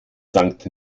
sankt